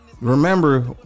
remember